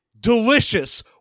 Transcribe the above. delicious